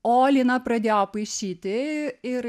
o lina pradėjo paišyti ir